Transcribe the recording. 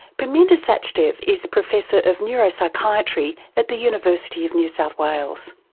perminder sachdev is professor of neuropsychiatry at the university of new south wales.